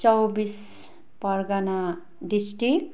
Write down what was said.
Chaubis Pargana district